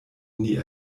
nie